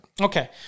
Okay